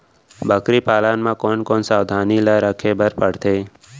बकरी पालन म कोन कोन सावधानी ल रखे बर पढ़थे?